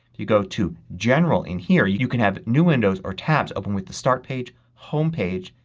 you go to general in here you could have new windows or tabs open with the start page, home page,